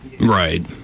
Right